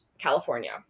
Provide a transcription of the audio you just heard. California